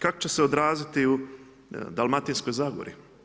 Kako će se odraziti u Dalmatinskoj zagori?